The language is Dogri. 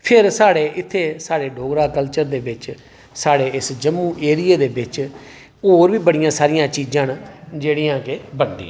फ्ही साढ़े इत्थै साढ़े डोगरा कल्चर बिच साढ़े इस जम्मू एरिया बिच होर बी बड़ियां सारियां चीजां न जेह्ड़ियां कि बनदियां हियां